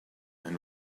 and